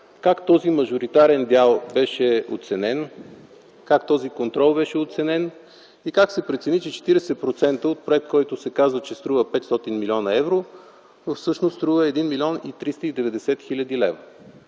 Как този мажоритарен дял беше оценен? Как този контрол беше оценен? И как се прецени, че 40% от проект, за който се казва, че струва 500 млн. евро, всъщност струва 1 млн. 390 хил. лв.